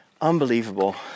unbelievable